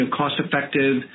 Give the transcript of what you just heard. cost-effective